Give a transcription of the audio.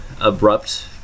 abrupt